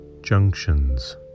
junctions